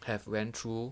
have went through